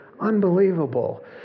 Unbelievable